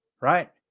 right